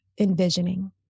envisioning